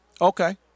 Okay